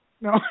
No